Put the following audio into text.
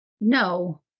no